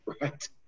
right